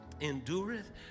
endureth